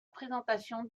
présentation